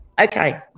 Okay